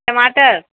टमाटर